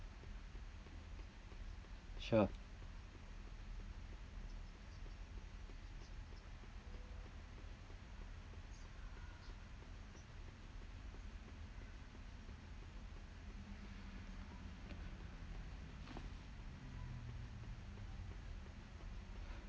sure